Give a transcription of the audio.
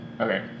Okay